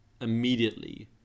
immediately